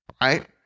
Right